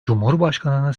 cumhurbaşkanını